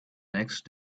next